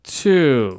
two